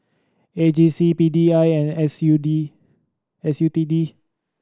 A G C P D I and S U D S U T D